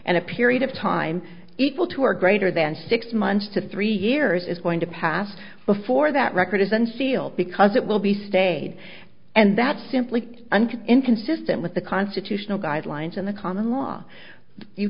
and a period of time equal to or greater than six months to three years is going to pass before that record is unsealed because it will be stayed and that's simply an inconsistent with the constitutional guidelines and the common law you